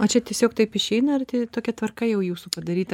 o čia tiesiog taip išeina ar tokia tvarka jau jūsų padaryta